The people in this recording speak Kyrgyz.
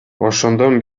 ошондон